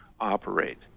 operate